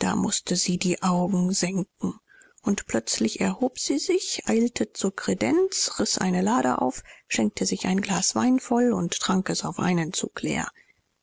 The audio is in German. da mußte sie die augen senken und plötzlich erhob sie sich eilte zur kredenz riß eine lade auf schenkte sich ein glas wein voll und trank es auf einen zug leer